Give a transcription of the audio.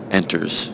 enters